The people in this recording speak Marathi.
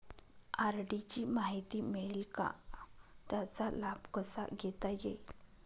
आर.डी ची माहिती मिळेल का, त्याचा लाभ कसा घेता येईल?